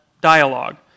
dialogue